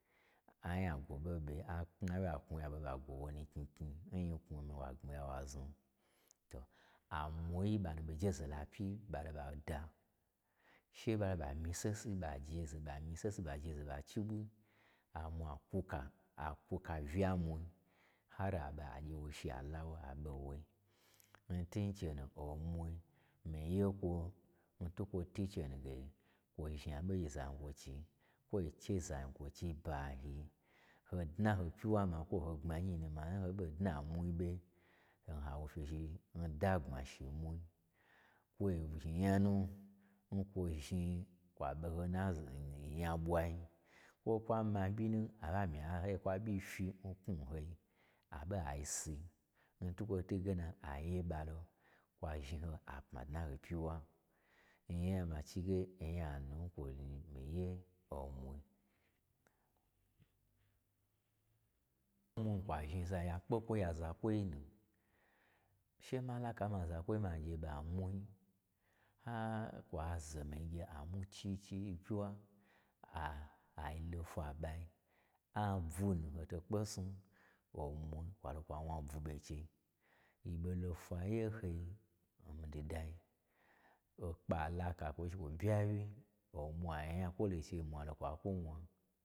Anya gwo ɓe ɓe, aknawyi aknwu ya ɓe, ɓagwo wo nu knyi knyi n nyiknwu nu, wa gbmiya wa znu. To amwui o ɓa nu ɓo jeze lo apyi ɓa lo ɓa da, che ɓalo ɓa myi sesi, ɓa jeze, ɓa myi sesi ɓa yeze ɓa chi ɓwi, amwa kwuka, a kwuka uya mwu, har a ɓe agye wo shi alawo a lon woi. Ntun che nu, omwi, mii ye lawo n twukwo twu n che nu ge kwo zhni aɓo ngye zankwochii kwoi che zan kwochi bayi, ho dnan ho pyiwa nukwo n hogbmai n hoɓo dna nmwi ɓe, hoi ha wo fye zi n dagbma zhin mwui. kwo zhni nyanu nkwo zhni kwa ɓoho n azi n-n nya ɓwai kwo kwa ma ɓyinu, aɓa myi ha gye kwa ɓyi fyi n knwu n hoi, aɓe a si. N twukwo twuge na aye ɓalo, kwa zhni ho apma dna n ho pyiwa, nnyai, ma chige onya nu kwo nu, mii ye omwui n bmazhni za ya kpekwo nya zakwinu, she ma laka nma zakwoi ma gye ɓan mwi, har kwazo mii gye amwu chichi nyi pyiwa, a-ailo fwa ni ɓai, abwu nu hoto kpe snu, omwui lawa lo kwa wna bwu ɓo nchei yi ɓolo fwanye hoi, n mii didai, okpa laka lawo shi kwo bya wyi, omwa nya kwo lo n chei omwa lo kwa kwo wna.